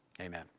Amen